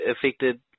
affected